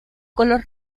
color